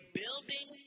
building